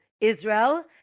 Israel